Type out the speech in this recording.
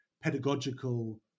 pedagogical